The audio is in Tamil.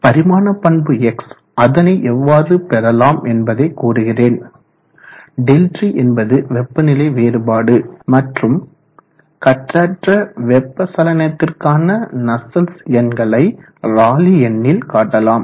பரிமாண பண்பு X அதனை எவ்வாறு பெறலாம் என்பதை கூறுகிறேன் ΔT என்பது வெப்பநிலை வேறுபாடு மற்றும் கட்டற்ற வெப்ப சலனத்திற்கான நஸ்சல்ட்ஸ் எண்களை ராலி எண்ணில் காட்டலாம்